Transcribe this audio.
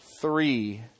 three